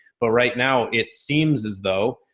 but right now it seems as though,